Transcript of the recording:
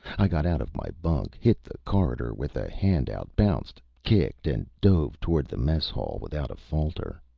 i got out of my bunk, hit the corridor with a hand out, bounced, kicked, and dove toward the mess hall without a falter.